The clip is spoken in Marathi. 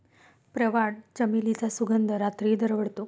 प्रवाळ, चमेलीचा सुगंध रात्री दरवळतो